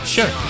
Sure